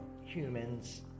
humans